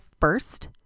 first